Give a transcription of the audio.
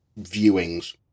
viewings